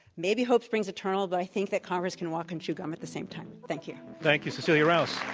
maybe hope springs eternal, but i think that congress can walk and chew gum at the same time, thank you. thank you, cecilia rouse.